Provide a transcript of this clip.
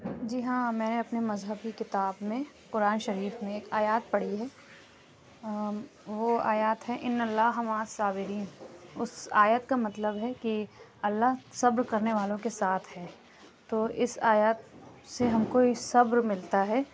جی ہاں میں نے اپنے مذہب کی کتاب میں قرآن شریف میں ایک آیات پڑھی ہے وہ آیات ہے اِنّ اللہ مع الصابرين اُس آیت کا مطلب ہے کہ اللہ صبر کرنے والوں کے ساتھ ہے تو اِس آیات سے ہم کو صبر ملتا ہے